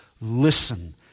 Listen